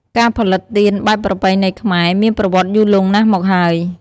ការផលិតទៀនបែបប្រពៃណីខ្មែរ មានប្រវត្តិយូរលង់ណាស់មកហើយ។